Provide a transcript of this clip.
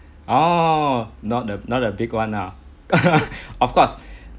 oh not the not the big [one] lah of course